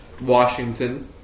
Washington